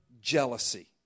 jealousy